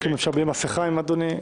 רק אם אפשר בלי מסכה, אדוני.